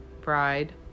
bride